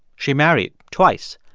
she married twice.